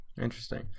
Interesting